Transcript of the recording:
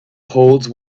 holds